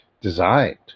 designed